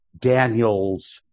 Daniel's